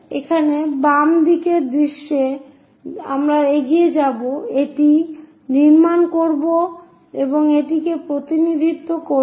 এখানে বাম দিকের দৃশ্যতে আমরা এগিয়ে যাব এটি নির্মাণ করব এবং এটিকে প্রতিনিধিত্ব করব